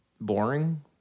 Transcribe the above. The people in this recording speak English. boring